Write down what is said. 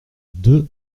deux